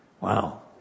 Wow